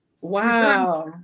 wow